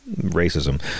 racism